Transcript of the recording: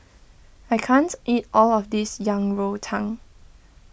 I can't eat all of this Yang Rou Tang